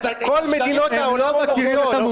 אתה כל מדינות העולם קורסות,